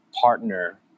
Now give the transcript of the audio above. partner